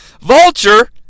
Vulture